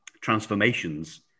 transformations